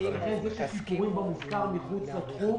זה שהשיפורים במושכר מחוץ לתחום